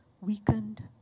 weakened